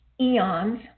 eons